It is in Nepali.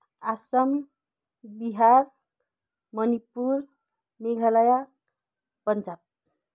आसाम बिहार मणिपुर मेघालय पन्जाब